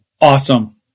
Awesome